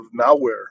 malware